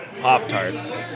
Pop-Tarts